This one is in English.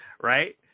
Right